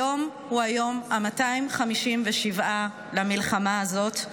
היום הוא היום ה-257 למלחמה הזאת,